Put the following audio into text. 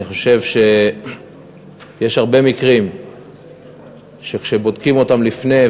אני חושב שיש הרבה מקרים שכאשר בודקים אותם לפני,